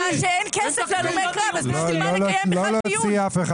שאין כסף להלומי קרב אז בשביל מה לקיים בכלל דיון?